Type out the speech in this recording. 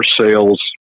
sales